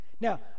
Now